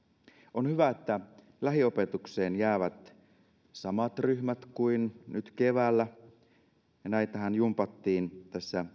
on hyvä että lähiopetukseen jäävät samat ryhmät kuin nyt keväällä ja näitähän jumpattiin